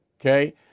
okay